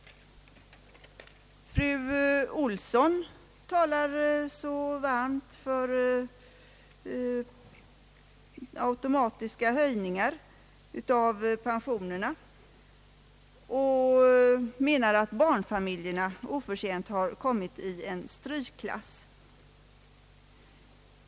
Fru Olsson talar så varmt för automatiska höjningar av pensionerna och menar att barnfamiljerna oförtjänt har kommit i strykklass.